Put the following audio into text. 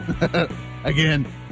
again